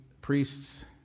priests